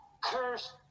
cursed